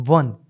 one